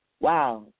wow